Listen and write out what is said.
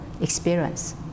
experience